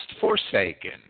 forsaken